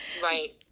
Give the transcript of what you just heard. Right